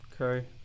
Okay